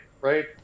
Right